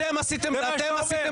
משפטי, כבודו במקומו מונח, והסכמות